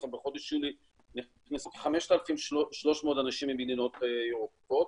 בחודש יולי נכנסו 5,300 אנשים ממדינות ירוקות,